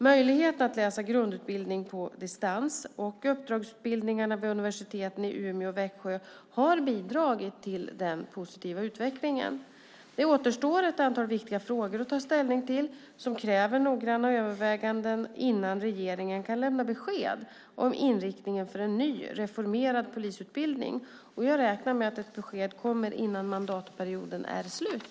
Möjligheten att läsa grundutbildningen på distans samt uppdragsutbildningarna vid universiteten i Umeå och Växjö har bidragit till den positiva utvecklingen. Det återstår ett antal viktiga frågor att ta ställning till som kräver noggranna överväganden innan regeringen kan lämna besked om inriktningen för en ny, reformerad polisutbildning. Jag räknar med att ett besked kommer innan mandatperioden är slut.